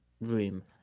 room